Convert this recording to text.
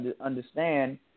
understand